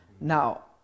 Now